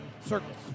circles